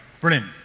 Brilliant